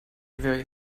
very